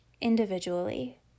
individually